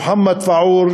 מוחמד טלוזי,